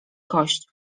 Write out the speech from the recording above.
kość